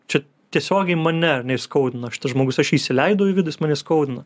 čia tiesiogiai mane įskaudino šitas žmogus aš jį įsileidau į vidų jis mane įskaudino